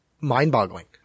mind-boggling